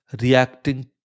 reacting